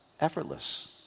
effortless